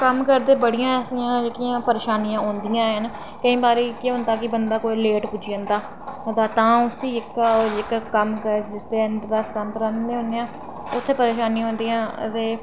कम्म करदे बड़ियां ऐसियां जेह्कियां परेशानियां औंदियां ऐन केईं बारी केह् होंदा की बंदा कोई लेट पुज्जी जंदा तां उसी इक जेह्का कम्म उत्थै परेशानियां औंदियां